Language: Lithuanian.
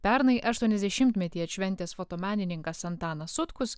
pernai aštuoniasdešimtmetį atšventęs fotomenininkas antanas sutkus